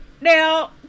Now